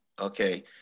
Okay